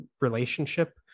relationship